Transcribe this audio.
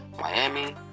Miami